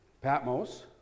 Patmos